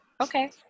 Okay